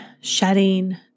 shedding